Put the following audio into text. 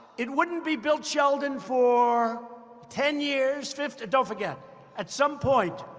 it wouldn't be built, sheldon, for ten years, fif don't forget at some point,